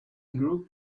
group